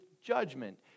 judgment